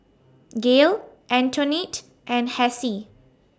Gail Antionette and Hassie